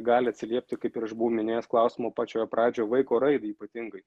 gali atsiliepti kaip ir aš buvau minėjęs klausimo pačioje pradžioje vaiko raidai ypatingai